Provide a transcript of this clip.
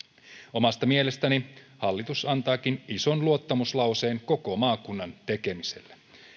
omasta mielestäni hallitus antaakin ison luottamuslauseen koko maakunnan tekemisille